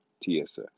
TSS